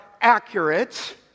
accurate